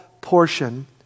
portion